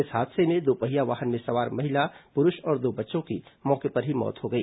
इस हादसे में दोपहिया वाहन में सवार महिला पुरूष और दो बच्चों की मौके पर ही मौत हो गई